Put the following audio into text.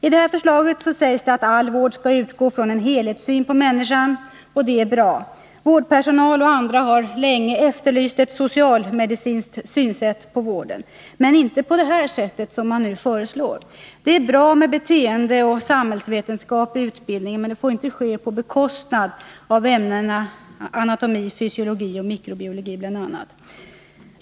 I detta förslag sägs att all vård skall utgå från en helhetssyn på människan, och det är bra. Vårdpersonal och andra har länge efterlyst ett socialmedicinskt synsätt på vården, men inte ett sådant som man nu föreslår. Det är bra med beteendeoch samhällsvetenskap i utbildningen, men detta får inte ske på bekostnad av bl.a. ämnena anatomi, fysiologi och mikrobiologi.